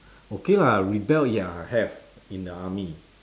okay lah rebel ya have in the army